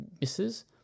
misses